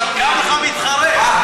קם לך מתחרה.